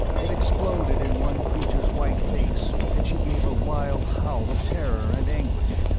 it exploded in one creature's white face and she gave a wild howl of terror and anguish,